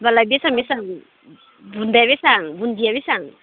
होमब्लालाय बेसां बेसां बुन्दाया बेसां बुन्दिया बेसां